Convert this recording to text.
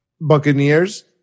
Buccaneers